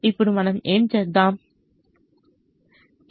ఇప్పుడు మనము ఏమి చేద్దాము